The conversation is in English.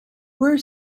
were